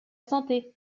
santé